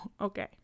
okay